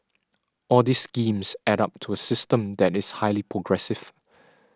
all these schemes add up to a system that is highly progressive